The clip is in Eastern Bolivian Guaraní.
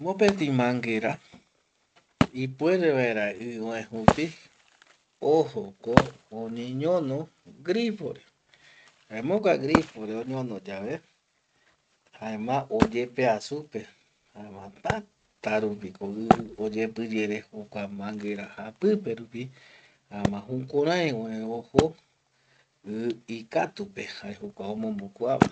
Mopeti manguera ipuere vaera oe i jupi ojoko oñeñono grifore, jaema jokua grifore oñeñono yae, jaema oyepea supe täta rupiko i oyepiyere jokua manguera japiperupi, jaema jukurai öe ojo i ikatupe jae jokua omombo kuava